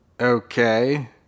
Okay